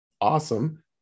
awesome